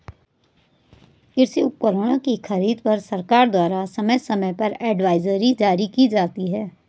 कृषि उपकरणों की खरीद पर सरकार द्वारा समय समय पर एडवाइजरी जारी की जाती है